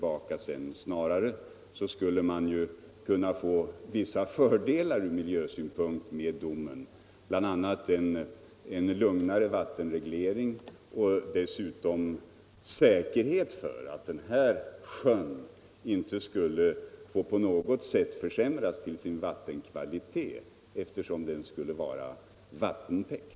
Man skulle snarare med domen vinna vissa fördelar ur miljösynpunkt, bl.a. en lugnare vattenreglering och dessutom säkerhet för att vattenkvaliteten i sjön inte på något sätt skulle få försämras, eftersom sjön skulle vara vattentäkt.